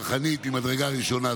זו הצעת חוק צרכנית ממדרגה ראשונה.